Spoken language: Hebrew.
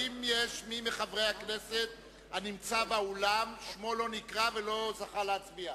האם יש מי מחברי הכנסת הנמצא באולם ששמו לא נקרא ולא זכה להצביע?